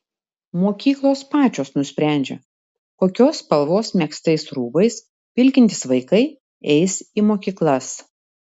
mokyklos pačios nusprendžia kokios spalvos megztais rūbais vilkintys vaikai eis į mokyklas